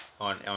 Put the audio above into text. on